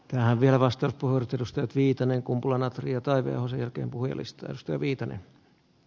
hän vierastaa port edustanut viitanen kumpula natriotarvionsa jälkeen puhujalistausta tehnyt